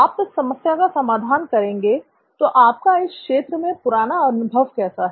आप इस समस्या का समाधान करेंगे तो आपका इस क्षेत्र में पुराना अनुभव कैसा है